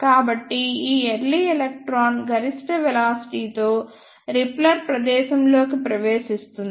కాబట్టి ఈ early electron గరిష్ట వెలాసిటీతో రిపెల్లర్ ప్రదేశంలోకి ప్రవేశిస్తుంది